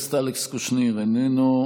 חבר הכנסת אלכס קושניר, איננו.